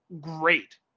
great